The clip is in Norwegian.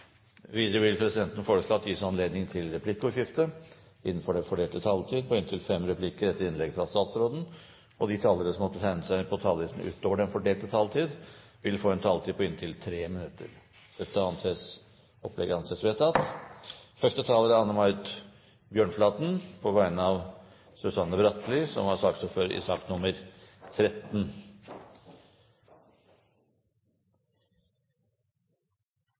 Videre vil presidenten foreslå at det blir gitt anledning til replikkordskifte på inntil fem replikker med svar etter innlegget fra statsråden innenfor den fordelte taletid. Videre blir det foreslått at de som måtte tegne seg på talerlisten utover den fordelte taletid, får en taletid på inntil 3 minutter. Det anses vedtatt. Første taler er Anne Marit Bjørnflaten, på vegne av Susanne Bratli, som er ordfører i sak nr. 13.